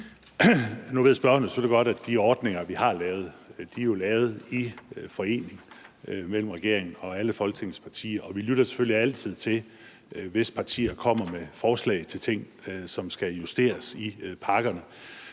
godt, at de ordninger, vi har lavet, er lavet i forening mellem regeringen og alle Folketingets partier, og vi lytter selvfølgelig altid til, hvis partier kommer med forslag til ting, som skal justeres i pakkerne.